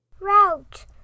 Route